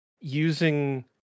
using